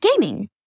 gaming